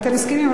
אתם מסכימים?